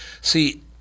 See